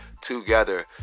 together